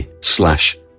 slash